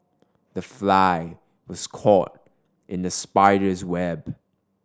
the fly was caught in the spider's web